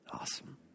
Awesome